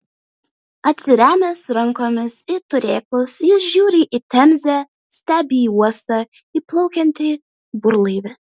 atsirėmęs rankomis į turėklus jis žiūri į temzę stebi į uostą įplaukiantį burlaivį